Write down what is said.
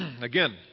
Again